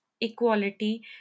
equality